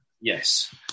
yes